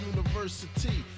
University